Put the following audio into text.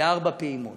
בארבע פעימות.